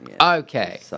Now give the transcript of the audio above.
Okay